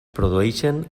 produeixen